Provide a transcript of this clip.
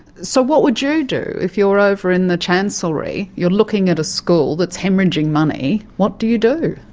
so what would you do if you were over in the chancellery? you're looking at a school that's haemorrhaging money, what do you do?